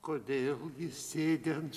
kodėl jis sėdi ant